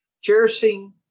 Cherishing